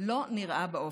לא נראה באופק.